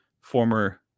former